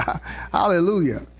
hallelujah